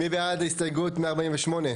מי בעד הסתייגות 148?